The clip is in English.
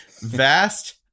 vast